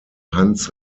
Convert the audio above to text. hans